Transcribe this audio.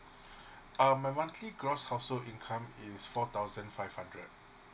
um my monthly gross household income is four thousand five hundred